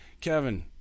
Kevin